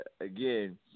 again